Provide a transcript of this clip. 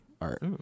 art